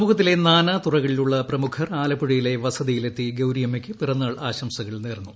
സമൂഹത്തിലെ നാനാതുറകളിലുള്ള പ്രമുഖർ ആലപ്പുഴയിലെ വസതിയിലെത്തി ഗൌരിയമ്മയ്ക്ക് പിറന്നാൾ ആശംസകൾ നേർന്നു